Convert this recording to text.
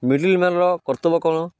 middle ମ୍ୟାନ୍ର କର୍ତ୍ତବ୍ୟ କ'ଣ